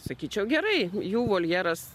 sakyčiau gerai jų voljeras